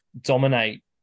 dominate